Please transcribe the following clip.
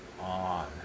on